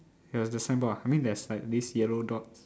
there was the signboard ah I mean there's like these yellow dots